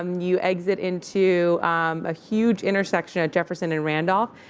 um you exit into a huge intersection at jefferson and randolph.